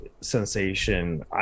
Sensation